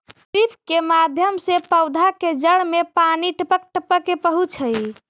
drip के माध्यम से पौधा के जड़ में पानी टपक टपक के पहुँचऽ हइ